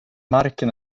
marken